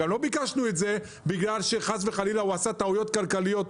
לא ביקשנו את זה בגלל שהוא עשה טעויות כלכליות;